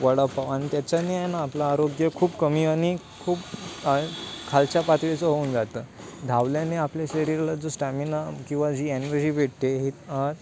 वडापाव आणि त्याच्याने ना आपलं आरोग्य खूप कमी आणि खूप खालच्या पातळीचं होऊन जातं धावल्याने आपल्या शरीरला जो स्टॅमिना किंवा जी एनर्जी भेटते हे